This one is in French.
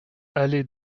allée